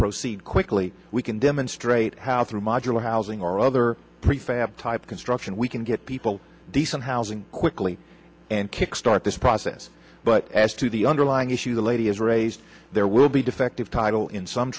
proceed quickly we can demonstrate how through modular housing or other prefab type construction we can get people decent housing quickly and kick start this process but as to the underlying issue the lady has raised there will be defective title in some